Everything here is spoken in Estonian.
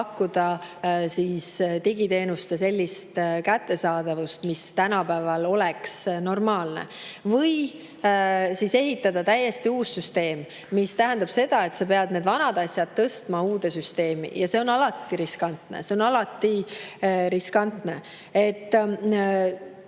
pakkuda digiteenuste sellist kättesaadavust, mis tänapäeval oleks normaalne, või siis ehitada täiesti uus süsteem, mis tähendab seda, et sa pead vanad asjad tõstma uude süsteemi. See on alati riskantne. See on alati riskantne! Minu